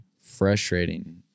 frustrating